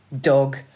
dog